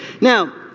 Now